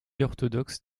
orthodoxe